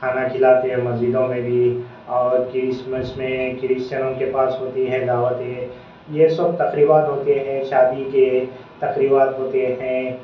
کھانا کھلاتے مسجدوں میں بھی اور کرسمس میں کرسچنوں کے پاس ہوتی ہیں دعوتیں یہ سب تقریبات ہوتے ہیں شادی کے تقریبات ہوتے ہیں